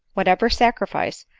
whatever sacrifice,